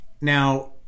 Now